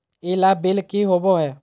ई लाभ बिल की होबो हैं?